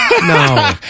no